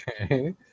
Okay